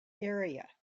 area